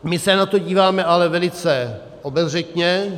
My se na to díváme ale velice obezřetně.